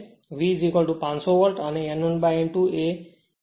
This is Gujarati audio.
V 500 વોલ્ટ અને n1 n2 એ 80